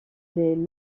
les